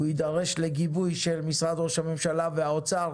הוא יידרש לגיבוי של משרד ראש הממשלה והאוצר,